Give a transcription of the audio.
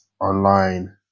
online